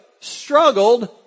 struggled